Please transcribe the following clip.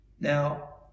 Now